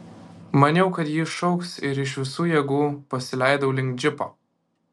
maniau kad ji šauks ir iš visų jėgų pasileidau link džipo